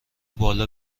بالا